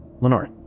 Lenore